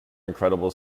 incredible